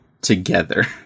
together